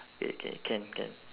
K K can can